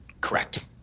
Correct